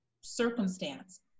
circumstance